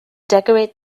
decorate